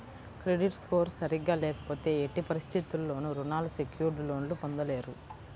credit score సరిగ్గా లేకపోతే ఎట్టి పరిస్థితుల్లోనూ రుణాలు సెక్యూర్డ్ లోన్లు పొందలేరు